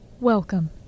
Welcome